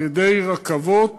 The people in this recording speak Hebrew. על-ידי רכבות